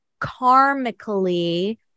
karmically